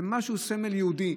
זה סמל יהודי,